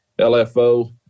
LFO